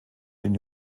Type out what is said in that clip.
den